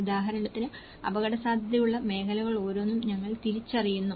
ഉദാഹരണത്തിന് അപകടസാധ്യതയുള്ള മേഖലകളോരോന്നും ഞങ്ങൾ തിരിച്ചറിയുന്നു